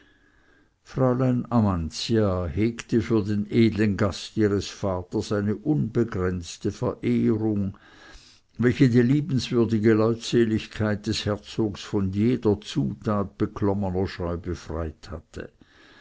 fräulein amantia hegte für den edlen gast ihres vaters eine unbegrenzte verehrung welche die liebenswürdige leutseligkeit des herzogs von jeder zutat beklommener scheu befreit hatte